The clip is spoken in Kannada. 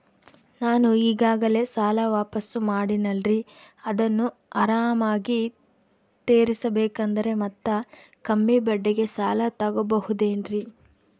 ನಾನು ಈಗಾಗಲೇ ಸಾಲ ವಾಪಾಸ್ಸು ಮಾಡಿನಲ್ರಿ ಅದನ್ನು ಆರಾಮಾಗಿ ತೇರಿಸಬೇಕಂದರೆ ಮತ್ತ ಕಮ್ಮಿ ಬಡ್ಡಿಗೆ ಸಾಲ ತಗೋಬಹುದೇನ್ರಿ?